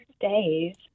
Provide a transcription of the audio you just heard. days